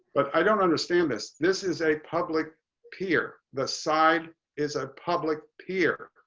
but i don't understand this. this is a public peer the side is a public peer